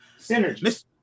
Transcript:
Synergy